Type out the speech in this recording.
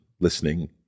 listening